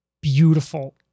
beautiful